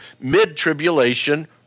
mid-tribulation